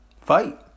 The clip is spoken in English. fight